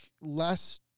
less